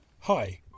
Hi